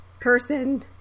person